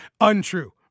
Untrue